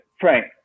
Frank